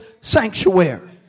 sanctuary